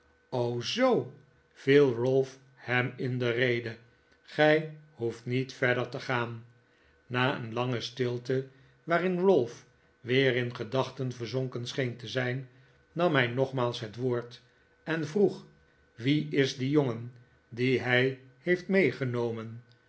zoo viel ralph hem in de rede gij hoeft niet verder te gaan na een lange stilte waarin ralph weer in gedachten verzonken scheen te zijn nam hij nogmaals het woord en vroeg wie is die jongen dien hij heeft meegenomen